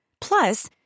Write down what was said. Plus